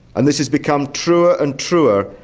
and this has become truer and truer,